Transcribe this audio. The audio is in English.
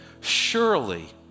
Surely